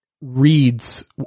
reads